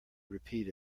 repeat